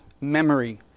memory